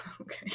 Okay